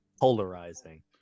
Polarizing